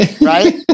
right